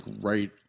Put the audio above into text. right –